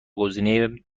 گزینه